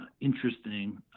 interesting